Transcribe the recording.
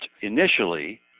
initially